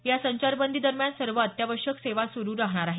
या संचारबंदीदरम्यान सर्व अत्यावश्यक सेवा सुरू राहणार आहेत